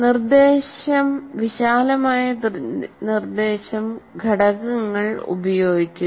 നിർദ്ദേശം വിശാലമായ ഇൻസ്ട്രക്ഷണൽ ഘടകങ്ങൾ ഉപയോഗിക്കുന്നു